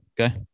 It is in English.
Okay